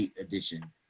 edition